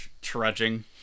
trudging